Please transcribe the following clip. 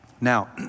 Now